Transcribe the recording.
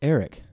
Eric